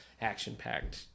action-packed